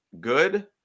good